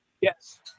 yes